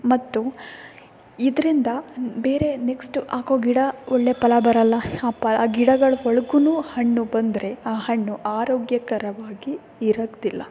ಮತ್ತು ಇದರಿಂದ ಬೇರೆ ನೆಕ್ಸ್ಟು ಹಾಕೋ ಗಿಡ ಒಳ್ಳೆ ಫಲ ಬರೋಲ್ಲ ಆ ಪ ಗಿಡಗಳ ಒಳ್ಗೂ ಹಣ್ಣು ಬಂದರೆ ಆ ಹಣ್ಣು ಆರೋಗ್ಯಕರವಾಗಿ ಇರೋದಿಲ್ಲ